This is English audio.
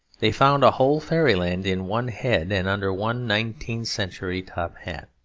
they found a whole fairyland in one head and under one nineteenth-century top hat.